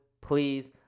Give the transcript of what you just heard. please